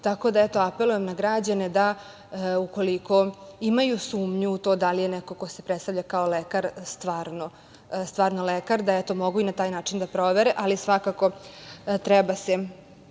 tako da apelujem na građane da ukoliko imaju sumnju i to da li je neko ko se predstavlja kao lekar, stvarno lekar, da eto, mogu i na taj način da provere, ali svakako treba se